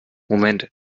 moment